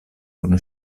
kun